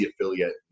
affiliate